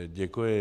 Děkuji.